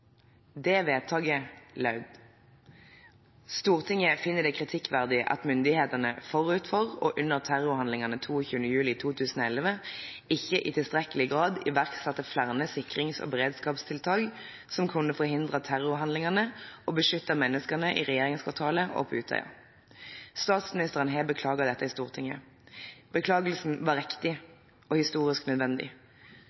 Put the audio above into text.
Det vedtaket lød: «Stortinget finner det kritikkverdig at myndighetene forut for og under terrorhandlingene 22. juli 2011 ikke i tilstrekkelig grad iverksatte flere sikrings- og beredskapstiltak som kunne forhindret terrorhandlingene og beskyttet menneskene i regjeringskvartalet og på Utøya. Statsministeren har beklaget dette i Stortinget. Beklagelsen var riktig og historisk nødvendig.